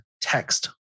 text